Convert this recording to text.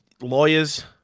lawyers